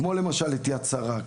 כמו למשל יד שרה,